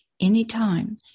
anytime